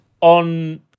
on